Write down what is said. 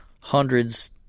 hundreds